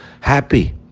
happy